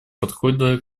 подхода